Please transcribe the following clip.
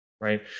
Right